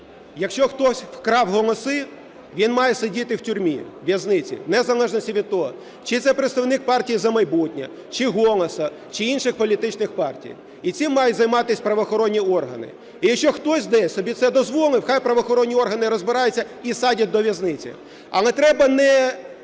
якщо хтось вкрав голоси, він має сидіти в тюрмі, у в'язниці, у незалежності від того, чи це представник "Партії "За майбутнє", чи "Голосу", чи інших політичних партій, і цим мають займатися правоохоронні органи. І якщо хтось десь собі це дозволив, нехай правоохоронні органи розбираються і садять до в'язниці. Але треба не